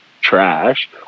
trash